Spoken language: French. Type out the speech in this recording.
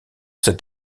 cet